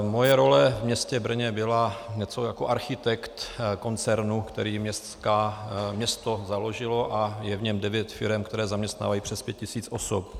Moje role v městě Brně byla něco jako architekt koncernu, který město založilo, a je v něm devět firem, které zaměstnávají přes pět tisíc osob.